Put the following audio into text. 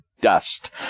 dust